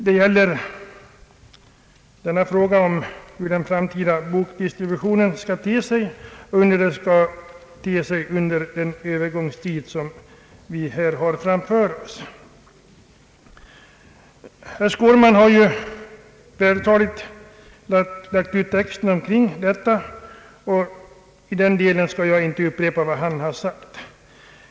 Det gäller frågan om hur den framtida bokdistributionen skall te sig och hur den skall utformas under den övergångstid vi har framför oss. Herr Skårman har vältaligt lagt ut texten om detta, och i den delen skall jag inte upprepa vad han har sagt.